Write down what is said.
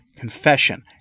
confession